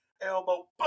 elbow